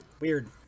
Weird